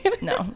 no